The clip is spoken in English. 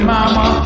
Mama